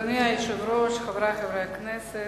אדוני היושב-ראש, חברי חברי הכנסת,